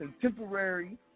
contemporary